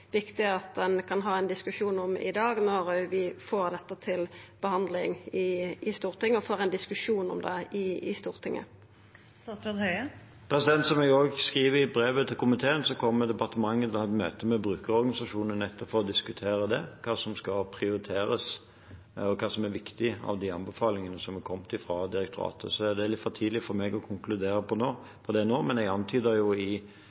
viktig at ein kan ha ein diskusjon om i dag, når vi har dette til behandling og diskusjon i Stortinget. Som jeg også skriver i brevet til komiteen, kommer departementet til å ha et møte med brukerorganisasjonene nettopp for å diskutere hva som skal prioriteres, og hva som er viktig av de anbefalingene som er kommet fra direktoratet. Det er litt for tidlig for meg å konkludere på det nå, men jeg antydet i